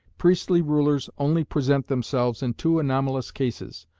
priestly rulers only present themselves in two anomalous cases,